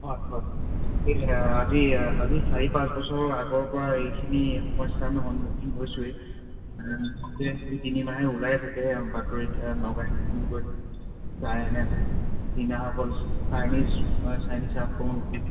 হয় হয় এই আজি আজি চাৰি পাঁচ বছৰৰ আগৰ পৰা এইখিনি সমস্যাৰ সন্মুখীন হৈছোঁৱেই এই যে দুই তিনিমাহে ওলাই থাকে বাতৰিত নগাই আক্ৰমণ কৰিছে চাইনাই চীনাসকল চাইনিজ চাইনিজ আক্ৰমণ কৰিছে